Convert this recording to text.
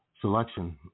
selection